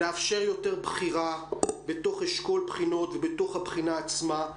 לאפשר יותר בחירה בתוך אשכול בחינות ובתוך הבחינה עצמה.